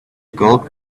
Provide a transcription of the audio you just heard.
gold